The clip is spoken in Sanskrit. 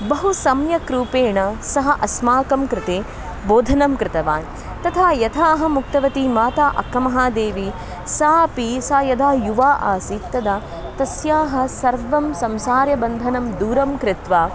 बहु सम्यक् रूपेण सः अस्माकं कृते बोधनं कृतवान् तथा यथा अहमुक्तवती माता अक्कमहादेवी सा अपि सा यदा युवा आसीत् तदा तस्याः सर्वं संसारबन्धनं दूरं कृत्वा